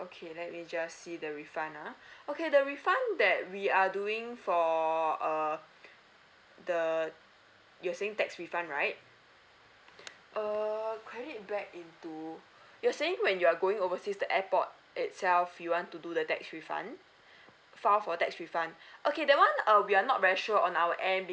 okay let me just see the refund ah okay the refund that we are doing for err the you're saying tax refund right err credit back into you're saying when you are going overseas the airport itself you want to do the tax refund file for tax refund okay that one uh we are not very sure on our end